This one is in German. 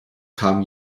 kam